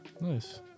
Nice